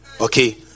Okay